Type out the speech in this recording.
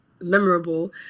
memorable